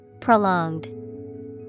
Prolonged